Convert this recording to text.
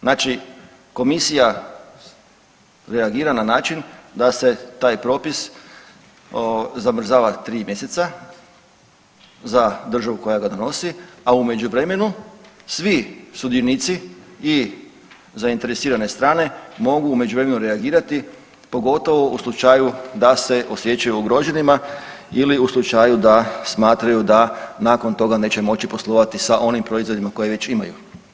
Znači komisija reagira na način da se taj propis zamrzava 3 mjeseca za državu koja ga donosi, a u međuvremenu svi sudionici i zainteresirane strane mogu u međuvremenu reagirati pogotovo u slučaju da se osjećaju ugroženima ili u slučaju da smatraju da nakon toga neće moći poslovati sa onim proizvodima koje već imaju.